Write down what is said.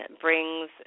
brings